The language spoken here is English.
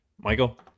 Michael